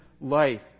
life